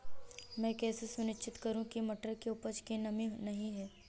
मैं कैसे सुनिश्चित करूँ की मटर की उपज में नमी नहीं है?